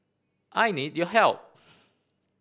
I need your help